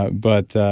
but but